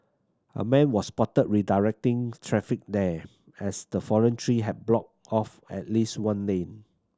a man was spotted redirecting traffic there as the fallen tree have blocked off at least one lane